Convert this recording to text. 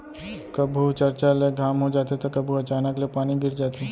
कभू चरचर ले घाम हो जाथे त कभू अचानक ले पानी गिर जाथे